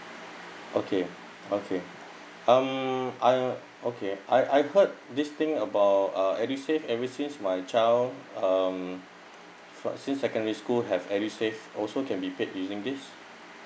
okay okay um I okay I I heard this thing about uh edusave every since my child um fi~ since secondary school have edusave also can be paid using this